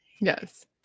Yes